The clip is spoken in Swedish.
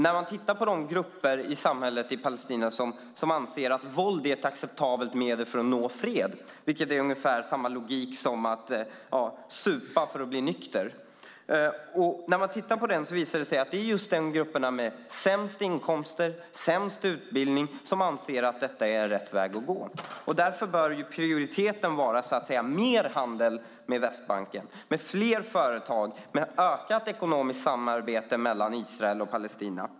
När man tittar på de grupper i samhället i Palestina som anser att våld är ett acceptabelt medel för att nå fred - vilket är ungefär samma logik som att supa för att bli nykter - ser man att det är grupperna med sämst inkomster och sämst utbildning som anser att detta är rätt väg att gå. Därför bör prioriteten vara mer handel med Västbanken med fler företag och ökat ekonomiskt samarbete mellan Israel och Palestina.